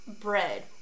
bread